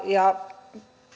ja